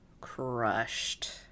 crushed